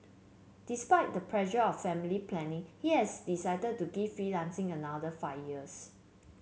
despite the pressure of family planning he has decided to give freelancing another five years